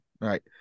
Right